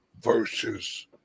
versus